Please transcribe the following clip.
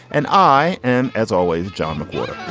and i am, as always, john mcwhorter